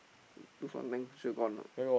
lose one thing sure gone one